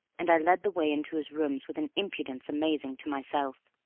and i led the way into his room with an impudence amazing to myself.